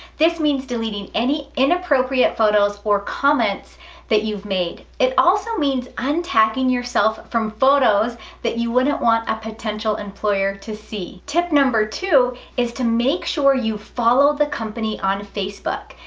this means deleting any inappropriate photos or comments that you've made. it also means un-tagging yourself from photos that you wouldn't want a potential employer to see. tip two is to make sure you follow the company on facebook.